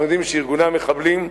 אנחנו יודעים שארגוני המחבלים,